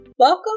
Welcome